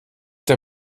der